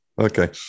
okay